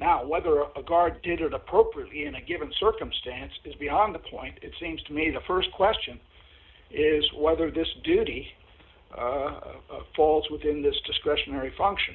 now whether of guard duty and appropriate in a given circumstances beyond the point it seems to me the st question is whether this duty of falls within this discretionary function